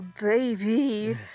baby